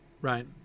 right